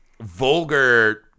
vulgar